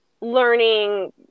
learning